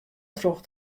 troch